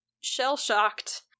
shell-shocked